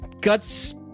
guts-